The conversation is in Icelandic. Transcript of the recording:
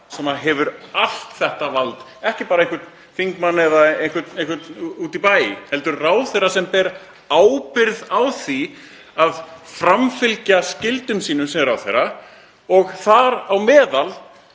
sem hefur allt þetta vald, ekki bara einhvern þingmann eða einhvern úti í bæ heldur ráðherra sem ber ábyrgð á því að framfylgja skyldum sínum sem ráðherra og þar á meðal